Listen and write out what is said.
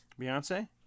Beyonce